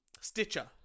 Stitcher